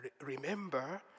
remember